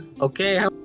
Okay